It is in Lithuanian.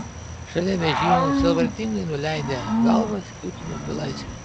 šalia vežimų sielvartingai nuleidę galvas kiūtino belaisviai